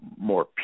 more